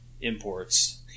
imports